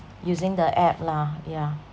using the app lah yeah